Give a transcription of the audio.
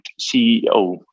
CEO